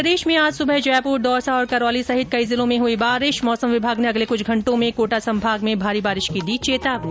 प्रदेश में आज सुबह जयपुर दौसा और करौली सहित कई जिलों में हुई बारिश मौसम विभाग ने अगले कुछ घंटों में कोटा संभाग में भारी बारिश की दी चेतावनी